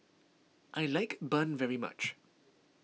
I like Bun very much